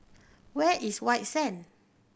where is White Sands